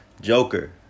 Joker